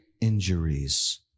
injuries